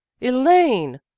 Elaine